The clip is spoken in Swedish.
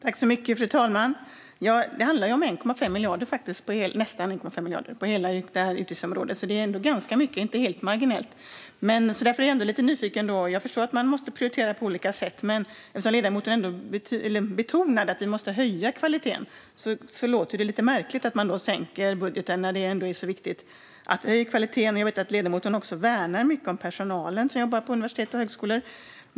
Fru talman! Det handlar om nästan 1,5 miljarder inom detta utgiftsområde, så det är ändå ganska mycket. Det är inte helt marginellt. Därför är jag ändå lite nyfiken. Jag förstår att man måste prioritera på olika sätt. Men eftersom ledamoten betonade att vi måste höja kvaliteten låter det lite märkligt att man minskar anslagen. Jag vet att ledamoten värnar mycket om personalen som jobbar på universitet och högskolor.